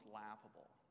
laughable